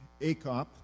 ACOP